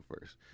first